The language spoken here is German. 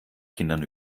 kindern